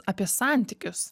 apie santykius